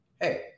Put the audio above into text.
hey